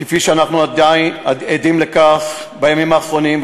כפי שאנחנו עדים להן בימים האחרונים,